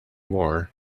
war